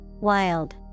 Wild